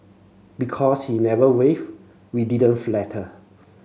because he never wavered we didn't falter